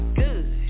good